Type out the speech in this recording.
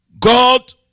God